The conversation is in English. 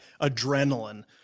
adrenaline